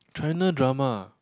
China drama uh